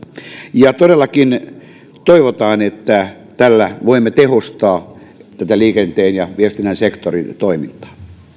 todellakin toivotaan että tällä voimme tehostaa liikenteen ja viestinnän sektorin toimintaa